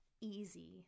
easy